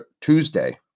Tuesday